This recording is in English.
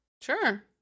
Sure